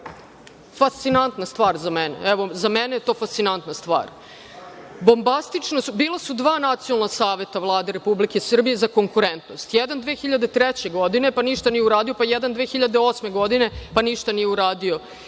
fascinantna stvar za mene, evo, za mene je to fascinantna stvar. Bila su dva Nacionalna saveta Vlade Republike Srbije za konkurentnost. Jedan 2003. godine, pa ništa nije uradio, pa jedan 2008. godine, pa ništa nije uradio.